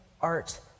art